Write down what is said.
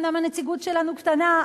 אומנם הנציגות שלנו קטנה,